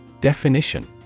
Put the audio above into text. Definition